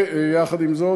ויחד עם זאת,